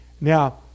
Now